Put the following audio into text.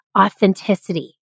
authenticity